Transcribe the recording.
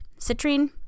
citrine